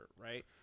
right